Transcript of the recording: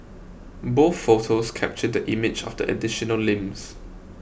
both photos captured the image of the additional limbs